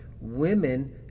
women